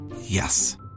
Yes